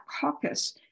Caucus